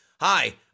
hi